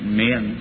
men